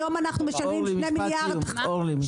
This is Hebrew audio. היום אנחנו משלמים 2 מיליארד -- אורלי,